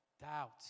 Doubt